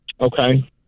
Okay